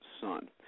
son